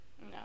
no